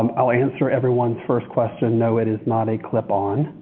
um i'll answer everyone's first question. no, it is not a clip on.